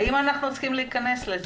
האם אנחנו צריכים להיכנס לזה?